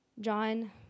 John